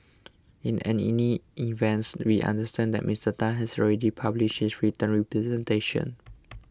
in any events we understand that Mister Tan has already published his written representation